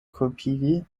kulpigi